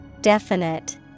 Definite